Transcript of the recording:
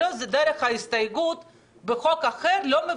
לא מבטלים חוק אחד דרך הסתייגות בחוק אחר.